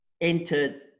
entered